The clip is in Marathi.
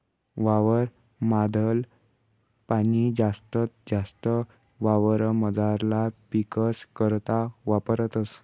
वावर माधल पाणी जास्तीत जास्त वावरमझारला पीकस करता वापरतस